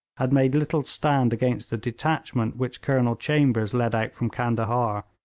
had made little stand against the detachment which colonel chambers led out from candahar,